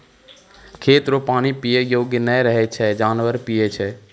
खेत रो पानी पीयै योग्य नै रहै छै जानवर पीयै छै